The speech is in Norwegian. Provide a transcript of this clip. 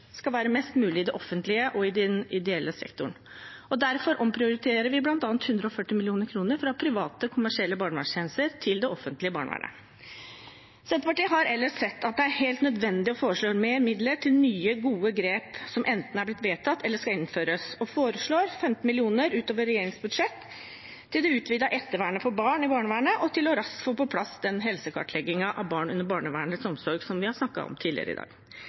skal være mest mulig i det offentlige og i den ideelle sektoren, og derfor omprioriterer vi bl.a. 140 mill. kr fra private kommersielle barnevernstjenester til det offentlige barnevernet. Senterpartiet har ellers sett at det er helt nødvendig å foreslå mer midler til nye, gode grep som enten er blitt vedtatt eller skal innføres, og foreslår 15 mill. kr utover regjeringens budsjett til det utvidede ettervernet for barn i barnevernet og til raskt å få på plass den helsekartleggingen av barn under barnevernets omsorg som vi har snakket om tidligere i dag.